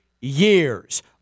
years